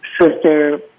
sister